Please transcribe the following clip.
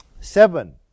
Seven